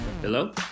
Hello